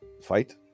fight